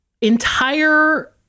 entire